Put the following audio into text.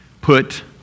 put